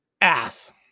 ass